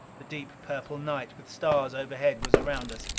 the deep purple night with stars overhead was around us.